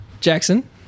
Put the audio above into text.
Jackson